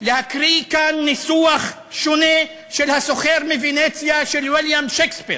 להקריא כאן ניסוח שונה של "הסוחר מוונציה" של ויליאם שייקספיר: